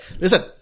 Listen